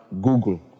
Google